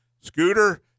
Scooter